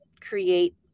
create